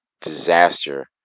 disaster